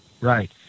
Right